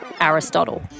Aristotle